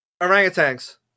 Orangutans